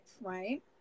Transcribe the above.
right